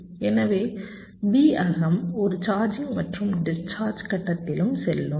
எனவே V அகம் ஒரு சார்ஜிங் மற்றும் டிஸ்சார்ஜ் கட்டத்திலும் செல்லும்